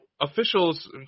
officials